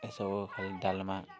ଏସବୁ ଖାଲି ଡାଲମା